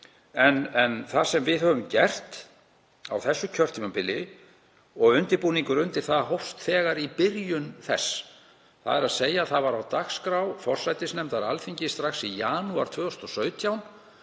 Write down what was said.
Það sem við höfum gert á þessu kjörtímabili, og undirbúningur undir það hófst þegar í byrjun þess — þ.e. það var á dagskrá forsætisnefndar Alþingis strax í janúar 2017